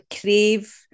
crave